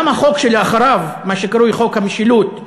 גם החוק שאחריו, מה שקרוי חוק המשילות,